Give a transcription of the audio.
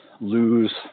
lose